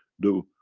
the,